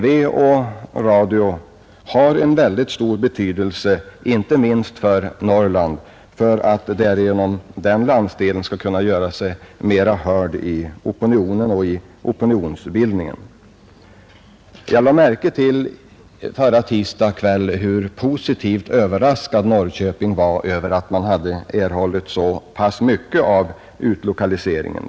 TV och radio har en ytterst stor betydelse, inte minst för Norrland, för att den landsdelen skall kunna göra sig mera hörd i opinionsbildningen. Jag lade förra tisdagskvällen märke till i en TV-inter vju hur positivt överraskad man i Norrköping var över att man erhållit så mycket av utlokaliseringen.